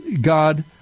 God